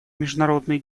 международный